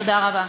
תודה רבה.